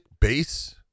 base